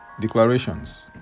declarations